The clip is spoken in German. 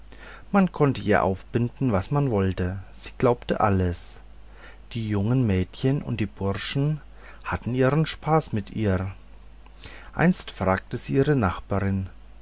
man konnte ihr aufbinden was man wollte sie glaubte alles die jungen mädchen und die burschen hatten ihren spaß mit ihr einst fragte sie ihre nachbarin